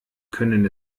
können